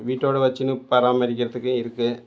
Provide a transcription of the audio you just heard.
வீட்டோடு வச்சுன்னு பராமரிக்கிறத்துக்கு இருக்குது